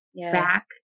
back